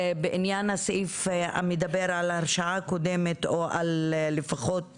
בעניין הסעיף שמדבר על הרשעה קודמת או לפחות